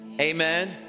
amen